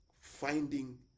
finding